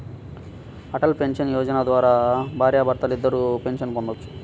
Atal pension Yojana ద్వారా భార్యాభర్తలిద్దరూ pension పొందొచ్చు